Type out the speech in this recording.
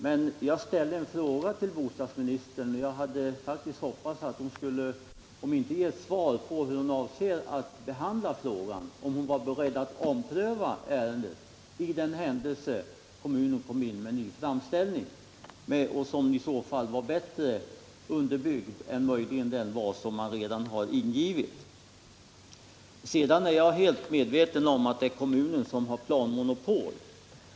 Jag ställde emellertid en fråga till bostadsministern, och jag hade faktiskt hoppats att hon skulle om inte ge svar på hur hon avser att behandla frågan, så dock ange om hon är beredd att ompröva ärendet i den mån kommunen kommer in med en ny framställning, som i så fall skulle vara bättre underbyggd än möjligen den var som man redan har ingivit. Jag är helt medveten om att det är kommunen som har planmonopol.